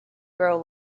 grow